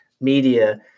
media